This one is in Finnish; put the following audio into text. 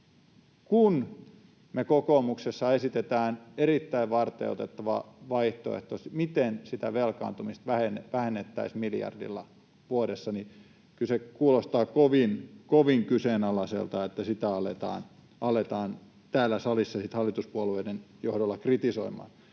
Kun me kokoomuksessa esitetään erittäin varteenotettava vaihtoehto, miten sitä velkaantumista vähennettäisiin miljardilla vuodessa, niin kyllä kuulostaa kovin kyseenalaiselta, että sitä aletaan täällä salissa hallituspuolueiden johdolla kritisoimaan.